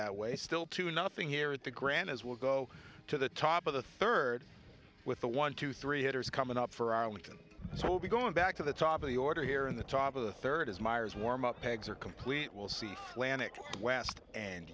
that way still to nothing here at the grand as will go to the top of the third with the one two three hitters coming up for arlington so we'll be going back to the top of the order here in the top of the third as meyers warm up eggs are complete will see planet west and